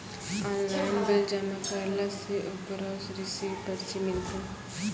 Online bill जमा करला से ओकरौ रिसीव पर्ची मिलतै?